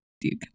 dude